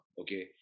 okay